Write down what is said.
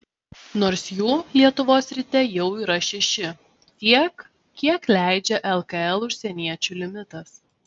nors jų lietuvos ryte jau yra šeši tiek kiek leidžia lkl užsieniečių limitas